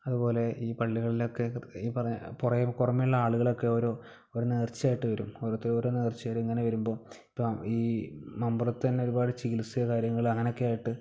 അതുപോലെ ഈ പള്ളികളിൽ ഒക്കെ ഈ പറഞ്ഞ പോ പുറമേയുള്ള ആളുകളൊക്കെ ഓരോ ഓരോ നേർച്ചയായിട്ട് വരും ഓരോരുത്തര് ഓരോ നേർച്ചകളിങ്ങനെ വരുമ്പോൾ ഈ മമ്പുറത്ത് തന്നെ ഒരുപാട് ചികിത്സയും കാര്യങ്ങളും അങ്ങനെയൊക്കെയായിട്ട്